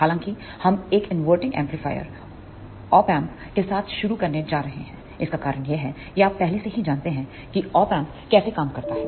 हालाँकि हम एक इनवर्टिंग एम्पलीफायर औप एंप के साथ शुरू करने जा रहे हैं इसका कारण यह है कि आप पहले से ही जानते हैं कि औप एंप कैसे काम करता है